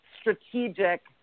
strategic